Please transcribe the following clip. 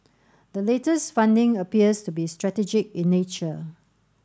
the latest funding appears to be strategic in nature